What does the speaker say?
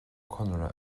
conaire